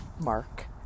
Mark